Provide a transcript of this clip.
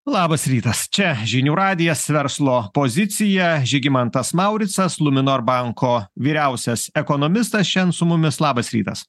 labas rytas čia žinių radijas verslo pozicija žygimantas mauricas luminor banko vyriausias ekonomistas šian su mumis labas rytas